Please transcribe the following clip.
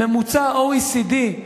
ממוצע ה-OECD,